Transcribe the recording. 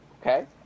Okay